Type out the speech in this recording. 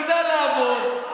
נדע לעבוד.